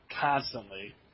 constantly